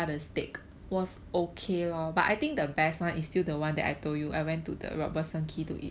was lah but I think the best is still the one that I told you I went to the robertson quay